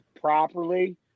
properly